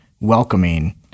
welcoming